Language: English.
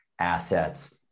assets